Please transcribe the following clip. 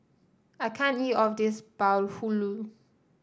I can't eat of this Bahulu